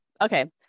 Okay